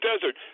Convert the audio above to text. desert